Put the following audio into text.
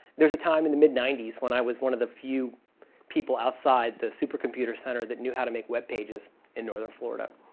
there's a time in the mid ninety s when i was one of the few people outside the supercomputer center that knew how to make web pages in northern florida.